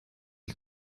ich